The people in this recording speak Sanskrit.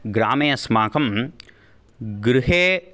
ग्रामे अस्माकं गृहे